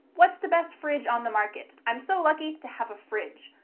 what's the best fridge on the market? i'm so lucky to have a fridge.